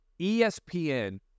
ESPN